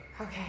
Okay